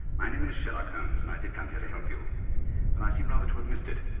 my name is sherlock holmes and i did come here to help you but i've seemed rather to have missed it.